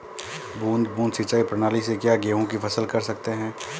बूंद बूंद सिंचाई प्रणाली से क्या गेहूँ की फसल कर सकते हैं?